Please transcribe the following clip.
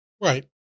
Right